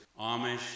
Amish